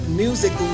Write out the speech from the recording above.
music